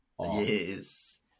Yes